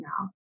now